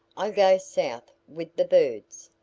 i go south with the birds.